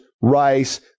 rice